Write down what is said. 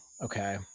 okay